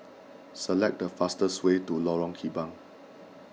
select the fastest way to Lorong Kembang